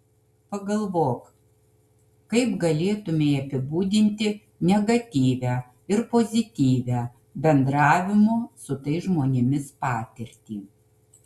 pagalvok kaip galėtumei apibūdinti negatyvią ir pozityvią bendravimo su tais žmonėmis patirtį